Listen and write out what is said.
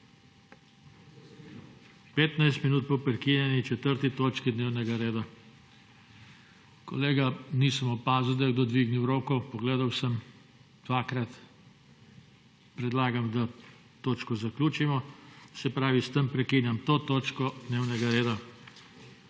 minut po prekinjeni 4. točki dnevnega reda. Kolega, nisem opazil, da je kdo dvignil roko. Pogledal sem. Dvakrat. Predlagam, da točko zaključimo. S tem prekinjam to točko dnevnega reda.